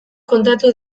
kontatu